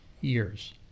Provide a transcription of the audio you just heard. years